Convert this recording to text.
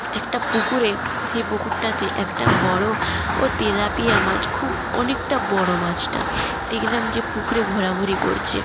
একটা পুকুরে যে পুকুরটাতে একটা বড় ও তেলাপিয়া মাছ খুব অনেকটা বড় মাছটা দেখলাম যে পুকুরে ঘোরাঘুরি করছে